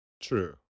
true